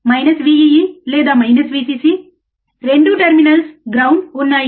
V ee లేదా V cc రెండూ terminals ground ఉన్నాయి